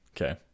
Okay